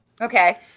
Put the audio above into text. Okay